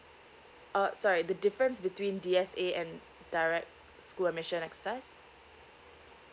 uh sorry the difference between D_S_A and direct school admission exercise